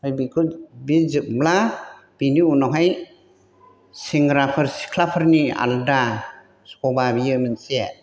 ओमफाय बेखौ बे जोबब्ला बिनि उनावहाय सेंग्राफोर सिख्लाफोरनि आलदा सभा बियो मोनसे